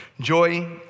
joy